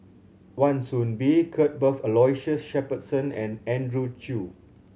Wan Soon Bee Cuthbert Aloysius Shepherdson and Andrew Chew